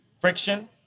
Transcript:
friction